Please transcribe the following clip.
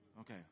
Okay